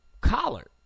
Collar